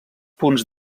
punts